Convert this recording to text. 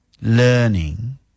learning